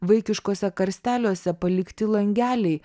vaikiškuose karsteliuose palikti langeliai